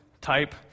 type